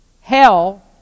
hell